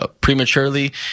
Prematurely